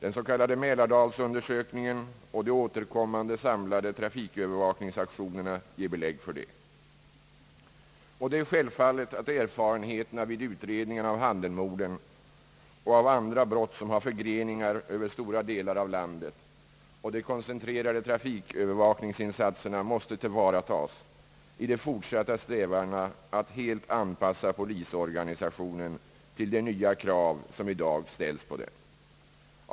Den s.k. Mälardalsundersökningen och de återkommande samlade trafikövervakningsaktionerna ger belägg för det. Det är självfallet att erfarenheterna från utredningen av Handenmorden och av andra brott som har förgreningar över stora delar av landet och från de koncentrerade trafikövervakningsinsatserna måste tillvaratas i de fortsatta strävandena att helt anpassa polisorganisationen till de nya krav som i dag ställs på den.